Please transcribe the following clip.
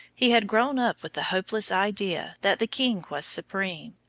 he had grown up with the hopeless idea that the king was supreme,